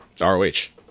R-O-H